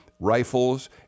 rifles